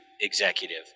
executive